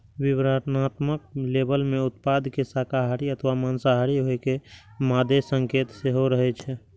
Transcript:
विवरणात्मक लेबल मे उत्पाद के शाकाहारी अथवा मांसाहारी होइ के मादे संकेत सेहो रहै छै